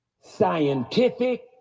scientific